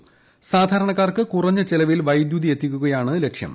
പ്രസ്മൃധാരണക്കാർക്ക് കുറഞ്ഞ ചെലവിൽ വൈദ്യുതി എത്തിക്കുകയാണ് ലക്ഷ്യം